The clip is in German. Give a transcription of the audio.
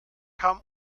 kam